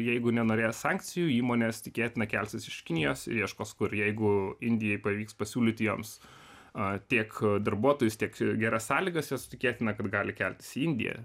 jeigu nenorės sankcijų įmonės tikėtina kelsis iš kinijos ieškos kur jeigu indijai pavyks pasiūlyt jiems a tiek darbuotojus tiek geras sąlygas jos tikėtina kad gali keltis į indiją